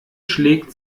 schlägt